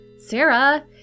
Sarah